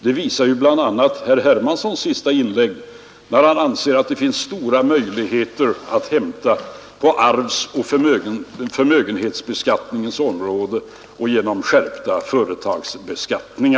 Detta visar ju bl.a. herr Hermanssons inlägg nyss — han anser att det finns mycket att hämta på arvsoch förmögenhetsskattens område och genom skärpt företagsbeskattning.